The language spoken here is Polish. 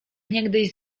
niegdyś